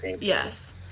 Yes